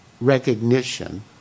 recognition